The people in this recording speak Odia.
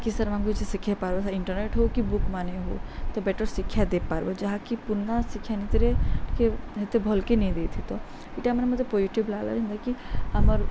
କି ସେମାନଙ୍କୁ କିଛି ଶିଖେଇ ପାର୍ବ ଇଟର୍ନେଟ୍ ହଉ କି ବୁକ୍ମାନେ ହଉ ତ ବେଟର୍ ଶିକ୍ଷା ଦେଇପାରବ୍ ଯାହାକି ପୁର୍ନା ଶିକ୍ଷା ନୀତିରେ ଟିକେ ହେତେ ଭଲ୍କି ନେଇ ଦେଇଥି ତ ଇଟାମାନେ ମତେ ପୋଜିଟିଭ୍ ଲାଗ୍ଲା ଯେନ୍ତାକି ଆମର୍